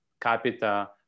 capita